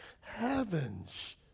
heavens